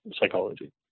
Psychology